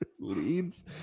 leads